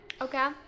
okay